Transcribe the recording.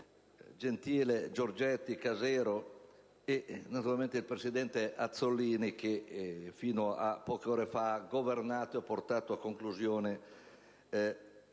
Gentile, Giorgetti e Casero, e naturalmente il presidente Azzollini che fino a poche ore ha governato e portato a conclusione